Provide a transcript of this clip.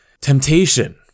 Temptation